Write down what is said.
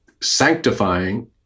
sanctifying